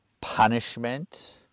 punishment